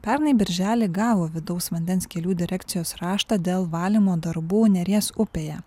pernai birželį gavo vidaus vandens kelių direkcijos raštą dėl valymo darbų neries upėje